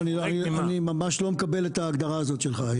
לא, אני ממש לא מקבל את ההגדרה הזאת שלך.